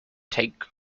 take